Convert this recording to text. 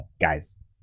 guys